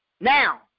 Now